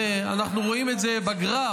ואנחנו רואים את זה בגרף: